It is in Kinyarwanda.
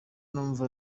numva